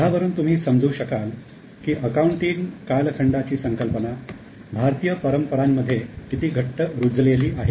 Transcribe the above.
ह्यावरून तुम्ही समजू शकाल की अकाउंटिंग कालखंडाची संकल्पना भारतीय परंपरांमध्ये किती घट्ट रुजलेली आहे